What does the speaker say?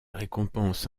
récompense